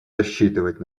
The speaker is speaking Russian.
рассчитывать